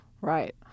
Right